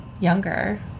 younger